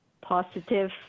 positive